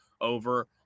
over